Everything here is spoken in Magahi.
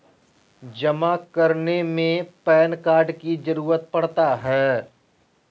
जमा करने में पैन कार्ड की जरूरत पड़ता है?